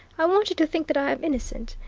i want you to think that i am innocent,